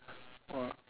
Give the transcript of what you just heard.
!wah!